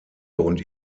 und